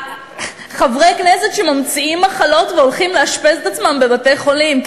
חברי כנסת שממציאים מחלות והולכים לאשפז את עצמם בבתי-חולים.